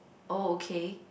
oh okay